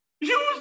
Use